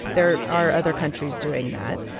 there are other countries doing that.